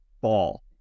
ball